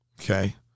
Okay